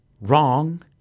wrong